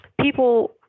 people –